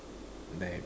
like